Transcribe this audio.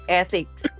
ethics